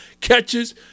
catches